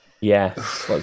Yes